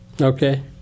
Okay